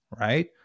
right